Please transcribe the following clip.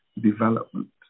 development